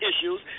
issues